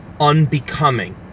unbecoming